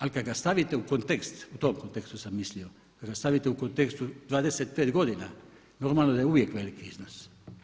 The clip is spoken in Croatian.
Ali kada ga stavite u kontekst, u tom kontekstu sam mislio, kad ga stavite u kontekstu 25 godina normalno da je uvijek veliki iznos.